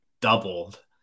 doubled